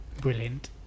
brilliant